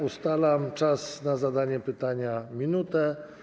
Ustalam czas na zadanie pytania na minutę.